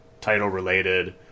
title-related